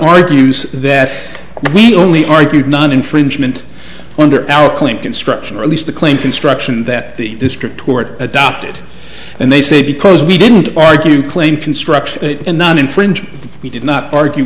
argues that we only argued none infringement under our klink construction or at least the claim construction that the district court adopted and they say because we didn't argue claim construction and not infringe we did not argue